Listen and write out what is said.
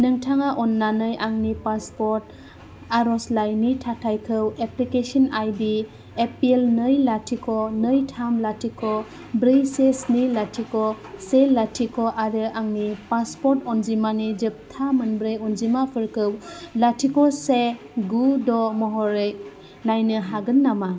नोंथाङा अन्नानै आंनि पासपर्ट आर'जलाइनि थाथायखौ एप्लिकेसन आइडि एपिल नै लाथिख' नै थाम लाथिख' ब्रै से स्नि लाथिख' से लाथिख' आरो आंनि पासपर्ट अनजिमानि जोबथा मोनब्रै अनजिमाफोरखौ लाथिख' से गु द' महरै नायनो हागोन नामा